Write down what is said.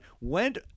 went